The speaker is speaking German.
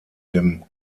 dem